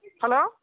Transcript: Hello